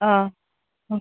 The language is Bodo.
अ